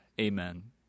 amen